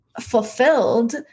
fulfilled